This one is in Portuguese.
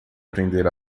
aprender